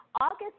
August